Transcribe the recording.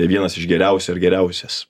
vienas iš geriausių ar geriausias